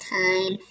time